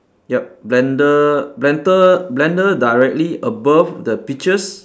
yup blender blender blender directly above the peaches